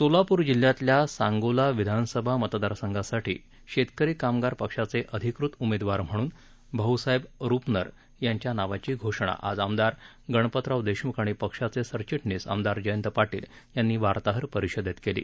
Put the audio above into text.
सोलापूर जिल्ह्यातल्या सांगोला विधानसभा मतदारसंघासाठी शेतकरी कामगार पक्षाचे अधिकृत उमेदवार म्हणून भाऊसाहेब रूपनर यांच्या नावाची घोषणा आज आमदार गणपतराव देशम्ख आणि पक्षाचे सरचिटणीस आमदार जयंत पाटील यांनी वार्ताहर परिषदेत केली